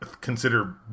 consider